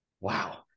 Wow